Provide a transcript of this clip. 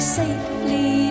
safely